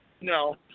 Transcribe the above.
no